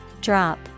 Drop